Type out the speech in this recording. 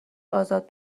ازاد